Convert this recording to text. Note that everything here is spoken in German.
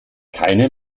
keine